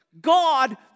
God